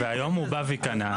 והיום הוא בא וקנה,